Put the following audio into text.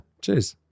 cheers